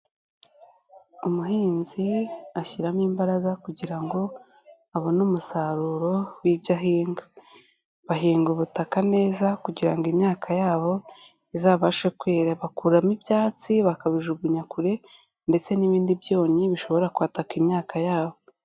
Umuhinzi ashyiramo imbaraga kugira ngo abone umusaruro w'ibyo ahinga. Bahinga ubutaka neza, kugira ngo imyaka yabo, izabashe kwera. Bakuramo ibyatsi bakabijugunya kure ndetse n'ibindi byonyi bishobora kwataka imyaka yabo.